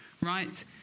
right